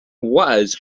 was